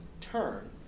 turn